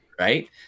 right